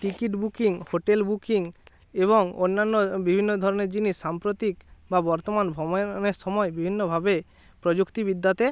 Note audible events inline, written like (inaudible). ticket booking hotel booking এবং অন্যান্য বিভিন্ন ধরনের জিনিস সাম্প্রতিক বা বর্তমান (unintelligible) সময় বিভিন্নভাবে প্রযুক্তিবিদ্যাতে